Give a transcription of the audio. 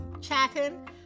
chatting